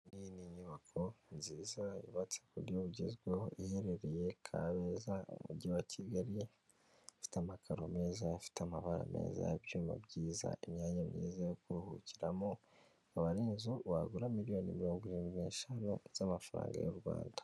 Iyi ni nyubako nziza yubatse ku buryo bugezweho iherereye kabeza mu mujyi wa kigali ifite amakaro meza afite amabara meza, ibyuma byiza imyanya myiza yo kuruhukiramo abarenzo wagura miliyoniro mirongo irindwi n'eshanu z'amafaranga y'u Rwanda.